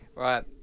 Right